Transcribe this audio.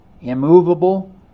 immovable